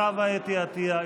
חוה אתי עטייה,